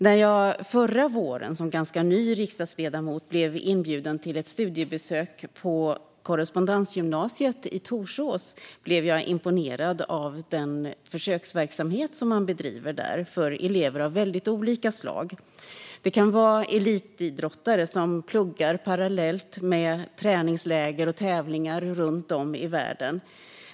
När jag förra våren som ganska ny riksdagsledamot blev inbjuden till ett studiebesök på Korrespondensgymnasiet i Torsås blev jag imponerad över den försöksverksamhet som man bedriver där för elever av väldigt olika slag. Det kan vara elitidrottare som pluggar parallellt med träningsläger och tävlingar runt om i världen.